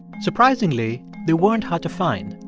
surprisingly, they weren't hard to find.